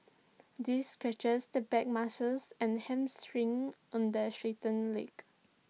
this stretches the back muscles and hamstring on the straightened leg